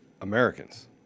Americans